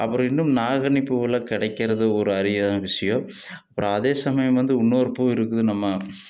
அப்புறம் இன்னும் நாகக்கன்னி பூவெல்லாம் கிடைக்கறது ஒரு அரிதான விஷயம் அப்புறம் அதே சமயம் வந்து இன்னொரு பூ இருக்குது நம்ம